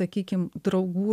sakykim draugų